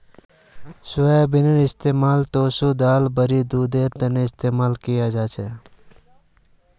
सोयाबीनेर इस्तमाल टोफू दाल बड़ी दूध इसब बनव्वार तने कराल जा छेक